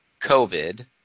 COVID